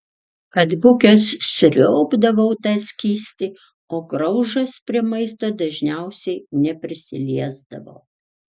atbukęs sriaubdavau tą skystį o graužas prie maisto dažniausiai neprisiliesdavo